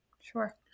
Sure